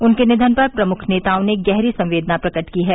उनके निधन पर प्रमुख नेताओं ने गहरी संवेदना प्रकट की है